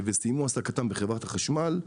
וסיימו את העסקתם בחברת החשמל.